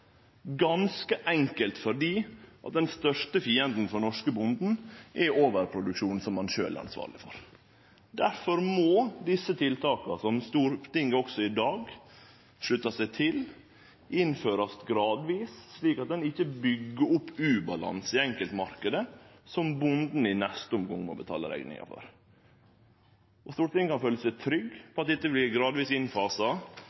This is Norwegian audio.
ganske enkelt fordi at den største fienden til den norske bonden er overproduksjon som han sjølv er ansvarleg for. Difor må desse tiltaka som Stortinget i dag sluttar seg til, innførast gradvis, slik at ein ikkje byggjer opp ubalanse i enkeltmarknaden, som bonden i neste omgang må betale rekninga for. Stortinget kan føle seg trygg